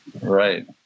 Right